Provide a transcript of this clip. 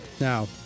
Now